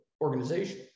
organization